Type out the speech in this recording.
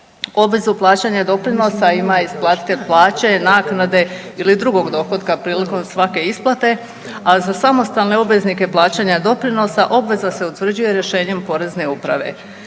Obvezu plaćanja doprinosa ima isplatitelj plaće, naknade ili drugog dohotka prilikom svake isplate, a za samostalne obveznike plaćanja doprinosa obveza se utvrđuje rješenjem porezne uprave.